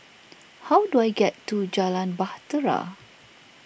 how do I get to Jalan Bahtera